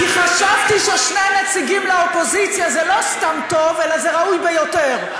כי חשבתי ששני נציגים לאופוזיציה זה לא סתם טוב אלא זה ראוי ביותר.